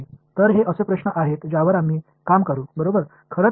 எனவே இவை நாம் விடைதேட போகும் கேள்விகள்